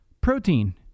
Protein